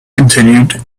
continued